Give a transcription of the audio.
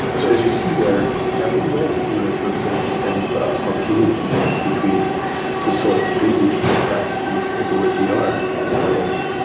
so as you see, there are many ways to ah to observe this kind of of continuity between the sort of pre-digital practices and what we are nowadays.